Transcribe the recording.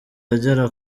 agera